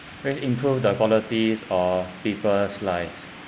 and improve the qualities of people's lives